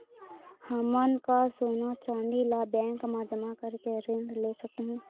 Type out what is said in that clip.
हमन का सोना चांदी ला बैंक मा जमा करके ऋण ले सकहूं?